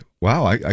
wow